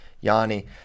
Yanni